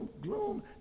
gloom